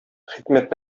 хикмәт